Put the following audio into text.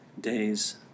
days